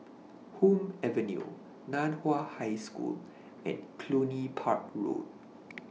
Hume Avenue NAN Hua High School and Cluny Park Road